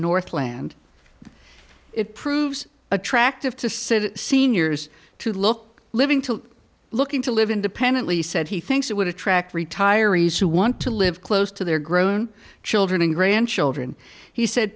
northland it proves attractive to city seniors to look living to looking to live independently said he thinks it would attract retirees who want to live close to their grown children and grandchildren he said